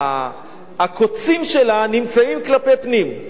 הקוצים שלה נמצאים כלפי פנים.